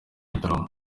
gitaramo